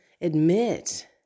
admit